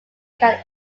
can